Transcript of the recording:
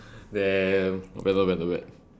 damn not bad not bad not bad